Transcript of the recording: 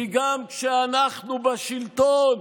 כי גם כשאנחנו בשלטון,